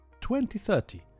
2030